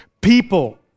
people